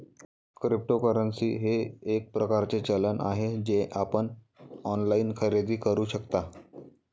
cryptocurrency हे एक प्रकारचे चलन आहे जे आपण ऑनलाइन खरेदी करू शकता